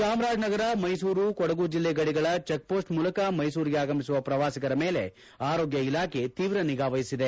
ಚಾಮರಾಜನಗರ ಮೈಸೂರು ಕೊಡಗು ಜಿಲ್ಲೆ ಗಡಿಗಳ ಚೆಕ್ಪೊಸ್ಟ್ ಮೂಲಕ ಮೈಸೂರಿಗೆ ಆಗಮಿಸುವ ಪ್ರವಾಸಿಗರ ಮೇಲೆ ಆರೋಗ್ಯ ಇಲಾಖೆ ತೀವ್ರ ನಿಗಾ ವಹಿಸಿದೆ